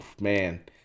man